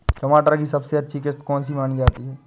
मटर की सबसे अच्छी किश्त कौन सी मानी जाती है?